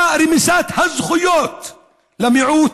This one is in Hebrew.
ברמיסת הזכויות למיעוט.